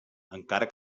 encara